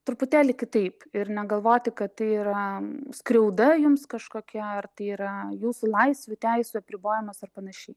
truputėlį kitaip ir negalvoti kad tai yra skriauda jums kažkokia ar tai yra jūsų laisvių teisių apribojimas ar panašiai